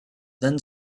then